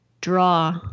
draw